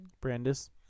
Brandis